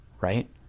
right